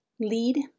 lead